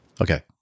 okay